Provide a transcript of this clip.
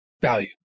value